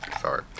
sorry